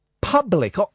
public